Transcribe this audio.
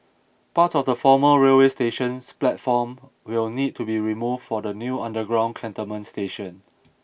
parts of the former railway station's platform will need to be removed for the new underground Cantonment station